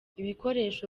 ibikoresho